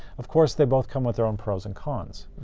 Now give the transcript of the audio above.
of course, they both come with their own pros and cons.